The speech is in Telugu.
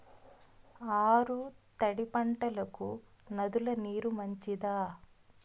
ఆరు తడి పంటలకు నదుల నీరు మంచిదా?